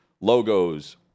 logos